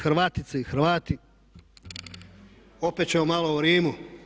Hrvatice i hrvati, opet ćemo malo o Rimu.